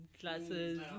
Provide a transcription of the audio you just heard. classes